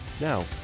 Now